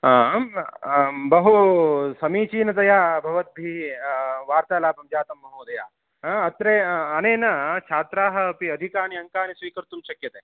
आम् बहु समीचीनतया भबवद्भिः वार्तालापं जातं महोदय अत्र अनेन छात्राः अपि अधिकानि अङ्काः स्वीकर्तुं शक्यते